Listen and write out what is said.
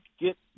get